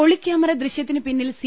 ഒളിക്യാമറ ദൃശ്യത്തിന് പിന്നിൽ സി